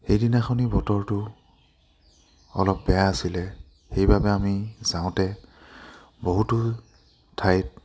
সেইদিনাখনি বতৰটো অলপ বেয়া আছিলে সেইবাবে আমি যাওঁতে বহুতো ঠাইত